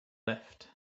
left